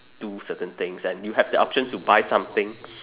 do certain things and you have the options to buy something